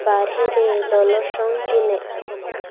ᱵᱟᱨᱦᱮᱨᱮ ᱞᱚᱞᱚᱥᱚᱝ ᱛᱤᱱᱟᱹᱜ